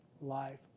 life